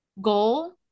goal